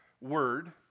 word